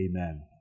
Amen